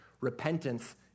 repentance